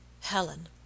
Helen